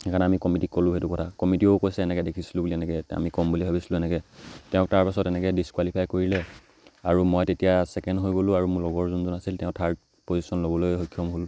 সেইকাৰণে আমি কমিটীক ক'লোঁ সেইটো কথা কমিটিয়েও কৈছে এনেকৈ দেখিছিলোঁ বুলি এনেকৈ আমি ক'ম বুলি ভাবিছিলোঁ এনেকৈ তেওঁক তাৰপাছত এনেকৈ ডিছকুৱালিফাই কৰিলে আৰু মই তেতিয়া ছেকেণ্ড হৈ গ'লোঁ আৰু মোৰ লগৰ যোনজন আছিল তেওঁ থাৰ্ড প'জিশ্যন ল'বলৈ সক্ষম হ'ল